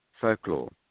folklore